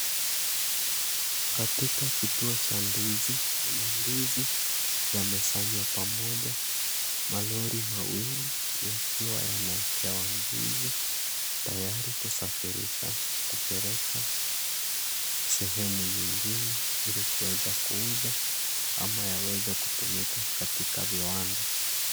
Katika kituo cha ndizi, mandizi yamesanywa pamoja malori mawili yakiwa yanawekewa ndizi tayari kusafirisha kupeleka sehemu nyingine ili kuweza kuuza ama yaweze kutumika katika viwanda.